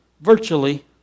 Virtually